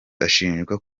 ashinjwa